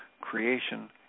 creation